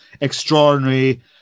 extraordinary